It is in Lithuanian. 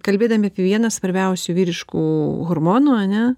kalbėdami apie vieną svarbiausių vyriškų hormonų ane